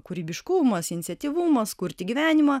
kūrybiškumas iniciatyvumas kurti gyvenimą